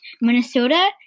Minnesota